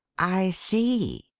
i see,